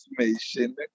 information